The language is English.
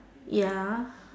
ya